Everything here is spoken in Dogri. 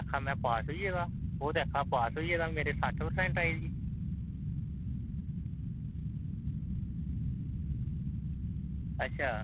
ओह् ते आक्खा दा हा में पास होई गेदा ओह् ते आक्खा दा हा में पास होई गेदा मेरी सट्ठ परसैंट आई दी अच्छा